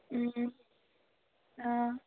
অঁ